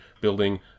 building